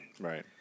Right